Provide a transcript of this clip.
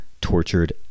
tortured